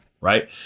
right